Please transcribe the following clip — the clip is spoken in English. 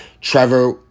Trevor